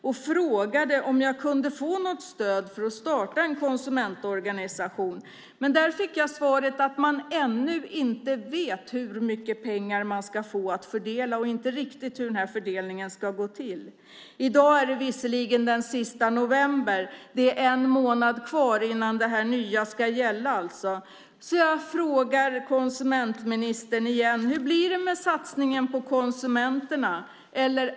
Jag frågade om jag kunde få något stöd för att starta en konsumentorganisation och fick svaret att man ännu inte vet hur mycket pengar man kommer att få att fördela. Man vet heller inte riktigt hur fördelningen ska gå till. I dag är det den sista november. Det är en månad kvar innan det nya ska börja gälla, så jag frågar konsumentministern igen: Hur blir det med satsningen på konsumenterna?